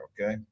okay